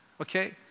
Okay